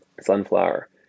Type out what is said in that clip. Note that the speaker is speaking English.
Sunflower